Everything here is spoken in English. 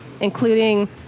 including